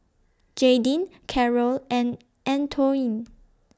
Jaydin Carol and Antoine